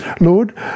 Lord